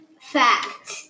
fact